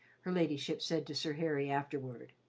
her ladyship said to sir harry afterward.